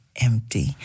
empty